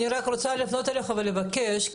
אני רוצה לפנות אליך ולבקש,